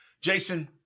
jason